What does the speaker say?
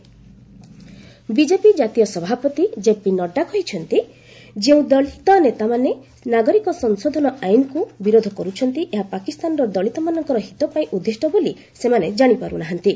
CAA Nadda rally BJP ଜାତୀୟ ସଭାପତି K ନଡ୍ରା କହିଛନ୍ତି ଯେଉଁ ଦଳୀତ ନେତାମାନେ ନାଗରିକ ସଂଶୋଧନ ଆଇନ୍କୁ ବିରୋଧ କରୁଛନ୍ତି ଏହା ପାକିସ୍ତାନର ଦଳୀତମାନଙ୍କର ହିତ ପାଇଁ ଉଦ୍ଦିଷ୍ଟ ବୋଲି ସେମାନେ ଜାଶିପାରୁ ନାହାନ୍ତି